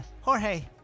Jorge